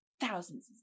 thousands